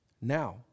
Now